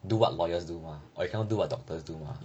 do what lawyers do mah or you cannot do what doctors do mah